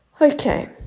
Okay